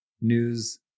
news